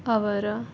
ಅವರ